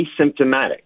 asymptomatic